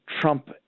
trump